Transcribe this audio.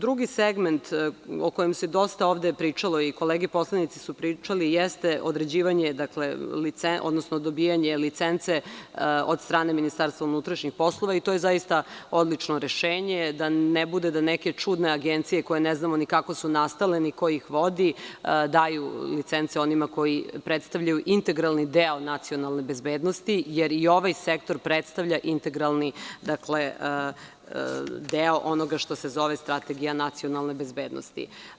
Drugi segment o kojem se ovde dosta pričalo i kolege poslanici su pričali, jeste dobijanje licence od strane MUP i to je odlično rešenje, da ne bude da neke čudne agencije, koje ne znamo ni kako su nastale ni ko ih vodi, daju licence onima koji predstavljaju integralni deo nacionalne bezbednosti, jer i ovaj sektor predstavlja integralni deo onoga što se zove Strategija nacionalne bezbednosti.